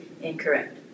incorrect